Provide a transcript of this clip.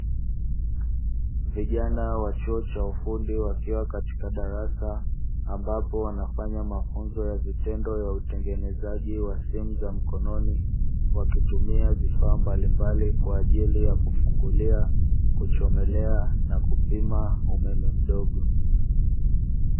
Vijana wa chuo cha ufundi wakiwa katika darasa ambapo wanafanya mafunzo ya vitendo ya utengenezaji wa simu za mkononi wakitumia vifaa mbalimbali kwa ajili ya kufungulia, kuchomelea na kupima umeme mdogo.